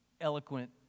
eloquent